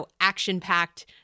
action-packed